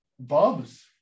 bubs